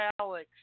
Alex